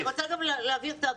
אני רוצה גם להבהיר את האבסורד.